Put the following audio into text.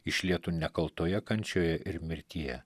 išlietu nekaltoje kančioje ir mirtyje